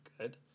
good